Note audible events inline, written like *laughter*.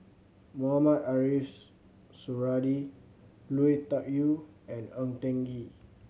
Mohamed *unintelligible* Suradi Lui Tuck Yew and Ng *unintelligible* Kee